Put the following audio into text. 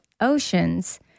Oceans